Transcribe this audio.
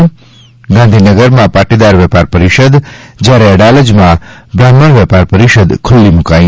ગાંધીનગરમાં પાટીદાર વેપાર પરિષદ જ્યારે અડાલજમાં બ્રાહ્મણ વેપાર પરિષદ ખુલ્લી મુકાઈ